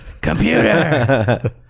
computer